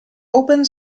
open